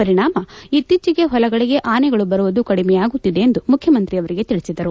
ಪಲಿಣಾಮ ಇತ್ತೀಚೆಗೆ ಹೊಲಗಳಗೆ ಆನೆಗಳು ಬರುವುದು ಕಡಿಮೆಯಾಗುತ್ತಿದೆ ಎಂದು ಮುಖ್ಯಮಂತ್ರಿಯವಲಿಗೆ ತಿಳಸಿದರು